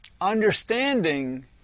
understanding